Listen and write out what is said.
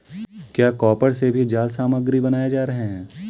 क्या कॉपर से भी जाल सामग्री बनाए जा रहे हैं?